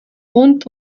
bund